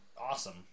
awesome